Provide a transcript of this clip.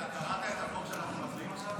אתה קראת את החוק שאנחנו מצביעים עליו עכשיו?